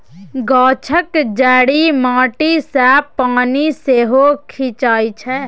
गाछक जड़ि माटी सँ पानि सेहो खीचई छै